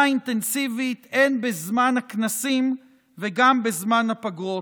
אינטנסיבית הן בזמן הכנסים והן בזמן הפגרות.